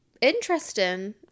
interesting